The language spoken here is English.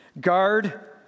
guard